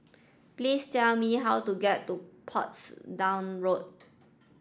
please tell me how to get to Portsdown Road